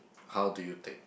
how do you take